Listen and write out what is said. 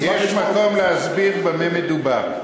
יש מקום להסביר במה מדובר.